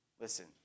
listen